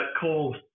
calls